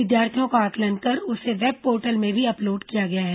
विद्यार्थियों का आंकलन कर उसे वेबपोर्टल में भी अपलोड किया गया है